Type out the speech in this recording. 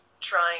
trying